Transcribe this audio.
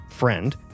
friend